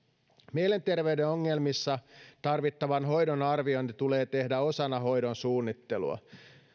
mielenterveyden ongelmissa tarvittavan hoidon arviointi tulee tehdä osana hoidon suunnittelua